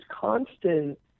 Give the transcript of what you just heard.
constant